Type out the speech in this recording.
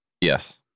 Yes